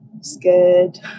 scared